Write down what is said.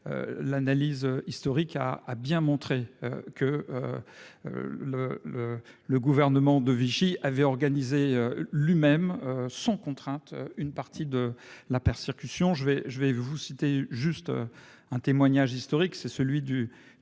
L'analyse historique a a bien montré que. Le le le gouvernement de Vichy avait organisé lui-même sans contrainte. Une partie de la persécution. Je vais, je vais vous citer juste un témoignage historique c'est celui du